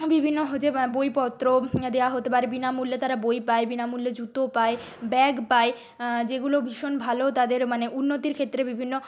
বিভিন্ন যে বইপত্র দেওয়া হতে পারে বিনামূল্যে তারা বই পায় বিনামূল্যে জুতো পায় ব্যাগ পায় যেগুলো ভীষণ ভালো তাদের মানে উন্নতির ক্ষেত্রে বিভিন্ন